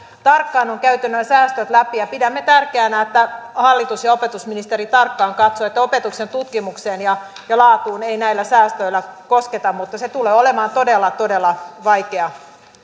tarkkaan on käyty nämä säästöt läpi ja pidämme tärkeänä että hallitus ja opetusministeri tarkkaan katsovat että opetuksen ja tutkimuksen laatuun ei näillä säästöillä kosketa mutta se tulee olemaan todella todella vaikea